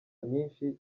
nyinshi